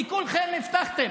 כי כולכם הבטחתם.